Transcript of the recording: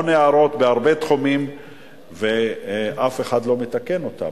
המון הערות בהרבה תחומים ואף אחד לא מתקן אותם.